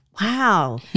wow